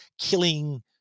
killing